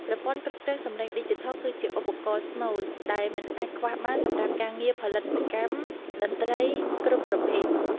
ប្រព័ន្ធគ្រប់គ្រងសំឡេងឌីជីថលគឺជាឧបករណ៍ស្នូលដែលមិនអាចខ្វះបានសម្រាប់ការងារផលិតកម្មតន្ត្រីគ្រប់ប្រភេទ។